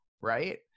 right